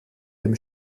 dem